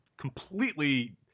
completely